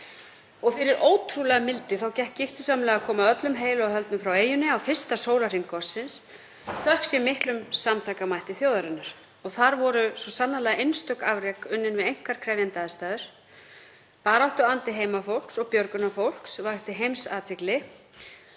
Og fyrir ótrúlega mildi gekk giftusamlega að koma öllum heilu og höldnu frá eyjunni á fyrsta sólarhring gossins, þökk sé miklum samtakamætti þjóðarinnar. Þar voru svo sannarlega einstök afrek unnin við einkar krefjandi aðstæður. Baráttuandi heimafólks og björgunarfólks vakti heimsathygli